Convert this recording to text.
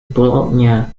bologna